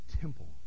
temple